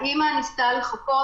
האימא ניסתה לחפות,